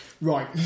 Right